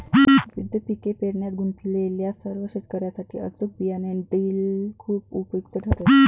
विविध पिके पेरण्यात गुंतलेल्या सर्व शेतकर्यांसाठी अचूक बियाणे ड्रिल खूप उपयुक्त ठरेल